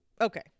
Okay